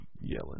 yelling